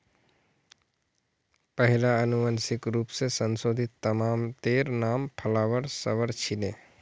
पहिला अनुवांशिक रूप स संशोधित तमातेर नाम फ्लावर सवर छीले